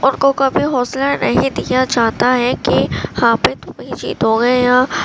ان کو کبھی حوصلہ نہیں دیا جاتا ہے کہ ہاں بھائی تمہیں جیتو گے یہاں